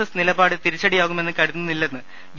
S നിലപാട് തിരി ച്ചടിയാകുമെന്ന് കരുതുന്നില്ലെന്ന് ബി